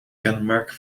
kenmerk